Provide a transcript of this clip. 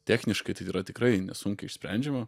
techniškai tai yra tikrai nesunkiai išsprendžiama